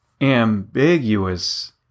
ambiguous